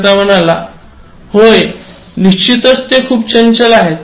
विक्रेता म्हणाला होय निश्चितच ते खूप चंचल आहेत